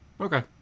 Okay